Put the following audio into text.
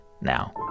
now